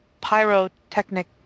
pyrotechnic